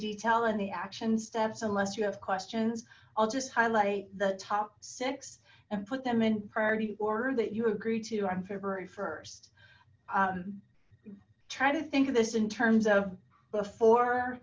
detail and the action steps unless you have questions i'll just highlight the top six and put them in priority order that you agree to on february st try to think of this in terms of before